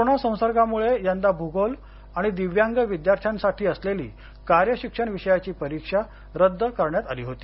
corona संसर्गामुळे यंदा भूगोल आणि दिव्यांग विद्यार्थ्यांसाठी असलेली कार्य शिक्षण विषयाची परीक्षा रद्द करण्यात आली होती